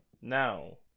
now